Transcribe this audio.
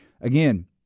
Again